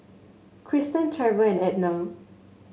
Cristen Trever and Edna